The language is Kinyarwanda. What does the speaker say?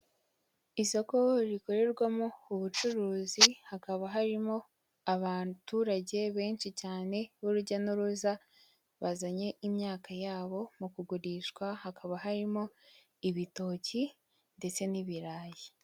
Isoko rikorerwamo ubucuruzi, hakaba harimo abaturage benshi cyane b'urujya n'uruza bazanye imyaka yabo mu kugurishwa, hakaba harimo ibitoki ndetse n'ibirayi.